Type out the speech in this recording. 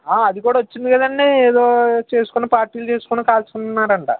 అది కూడా వచ్చింది కదండి ఏదో చేసుకుని పార్టీలు చేసుకుని కాల్చుకున్నారంట